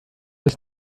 ist